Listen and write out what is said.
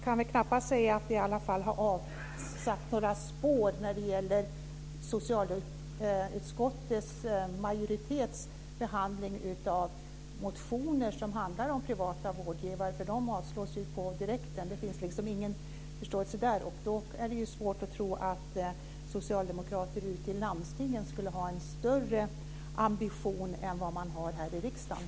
Fru talman! Man kan väl i alla fall knappast säga att det har satt några spår när det gäller socialutskottets majoritets behandling av motioner som handlar om privata vårdgivare för de avstyrks ju på direkten. Det finns liksom ingen förståelse där. Då är det ju svårt att tro att socialdemokrater ute i landstingen skulle ha en större ambition än vad man har här i riksdagen.